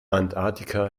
antarktika